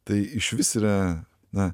tai išvis yra na